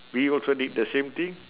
we also did the same thing